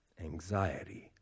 Anxiety